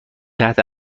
تحت